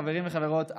חברים וחברות,